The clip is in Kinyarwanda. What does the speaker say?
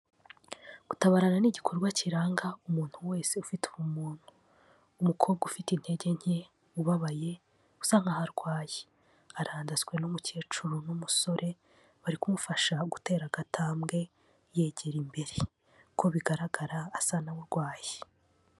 Gutabarana ni igikorwa kiranga umuntu wese ufite ubumuntu, umukobwa ufite intege nke, ubabaye, usa nk'aho arwaye, arandaswe n'umukecuru n'umusore, bari kumufasha gutera agatambwe yegera imbere, uko bigaragara asa n'urwaye.